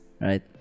right